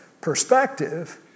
perspective